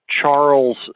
Charles